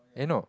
eh no